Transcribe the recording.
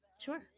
sure